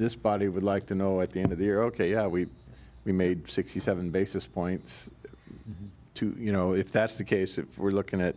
is body would like to know at the end of the year ok yeah we we made sixty seven basis points to you know if that's the case if we're looking at